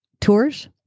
tours